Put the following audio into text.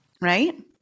right